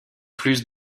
plus